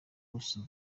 buso